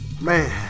man